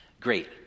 great